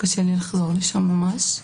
קשה לי לחזור לשם ממש.